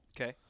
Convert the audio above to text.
Okay